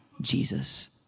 Jesus